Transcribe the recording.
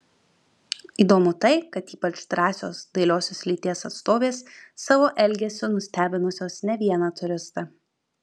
įdomu tai kad ypač drąsios dailiosios lyties atstovės savo elgesiu nustebinusios ne vieną turistą